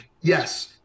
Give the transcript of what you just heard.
yes